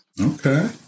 Okay